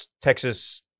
Texas